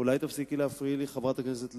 אולי תפסיקי להפריע לי, חברת הכנסת לוי?